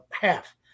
half